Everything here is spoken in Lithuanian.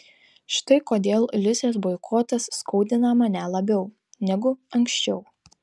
štai kodėl liusės boikotas skaudina mane labiau negu anksčiau